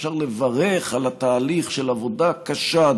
אפשר לברך על התהליך של עבודה קשה,